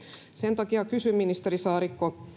sen takia kysyn ministeri saarikko